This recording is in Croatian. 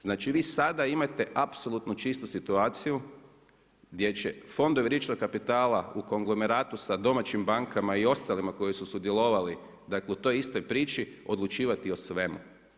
Znači vi sada imate apsolutno čisto situaciju, gdje će fonda rizičnog kapitala u konglomeratu sa domaćim bankama i ostalima koji su sudjelovali, dakle u toj istoj priči odlučivati o svemu.